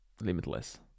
limitless